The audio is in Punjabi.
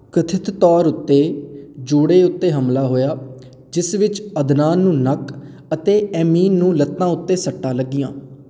ਕਥਿਤ ਤੌਰ ਉੱਤੇ ਜੋੜੇ ਉੱਤੇ ਹਮਲਾ ਹੋਇਆ ਜਿਸ ਵਿੱਚ ਅਦਨਾਨ ਨੂੰ ਨੱਕ ਅਤੇ ਏਮਿਨ ਨੂੰ ਲੱਤਾਂ ਉੱਤੇ ਸੱਟਾਂ ਲੱਗੀਆਂ